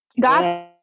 God